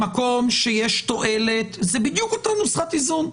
במקום שיש תועלת, זה בדיוק אותה נוסחת איזון.